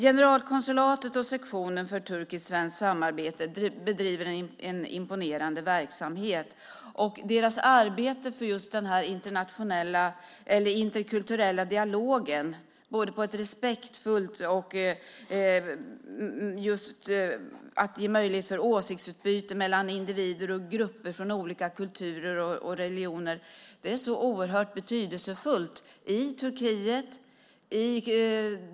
Generalkonsulatet och sektionen för turkisk-svenskt samarbete bedriver en imponerande verksamhet. Deras arbete för den respektfulla interkulturella dialogen och för att ge möjlighet till åsiktsutbyte mellan individer och grupper från olika kulturer och religioner är oerhört betydelsefullt i Turkiet.